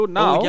now